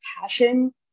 passion